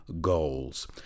goals